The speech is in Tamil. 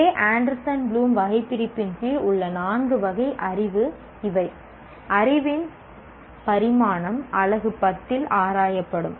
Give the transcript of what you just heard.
ஒரே ஆண்டர்சன் ப்ளூம் வகைபிரிப்பின் கீழ் உள்ள நான்கு வகை அறிவு இவை அறிவின் பரிமாணம் அலகு 10 இல் ஆராயப்படும்